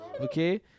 Okay